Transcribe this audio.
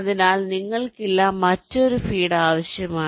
അതിനാൽ നിങ്ങൾക്കില്ല മറ്റൊരു ഫീഡ് ലഭ്യമാണ്